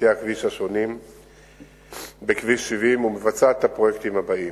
בכביש 70 אין שוליים,